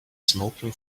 smoking